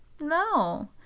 No